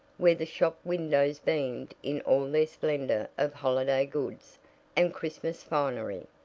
where the shop windows beamed in all their splendor of holiday goods and christmas finery.